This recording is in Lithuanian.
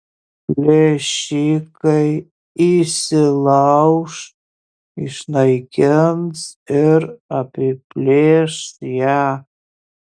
plėšikai įsilauš išnaikins ir apiplėš ją